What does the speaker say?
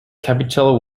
capital